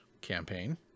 campaign